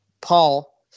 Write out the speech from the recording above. Paul